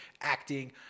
acting